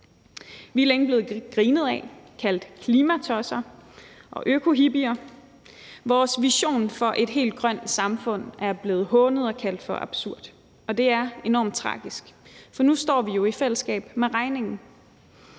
Vi er længe blevet grinet af og kaldt klimatosser og økohippier, og vores vision for et helt grønt samfund er blevet hånet og kaldt for absurd, og det er enormt tragisk, for nu står vi jo i fællesskab med regningen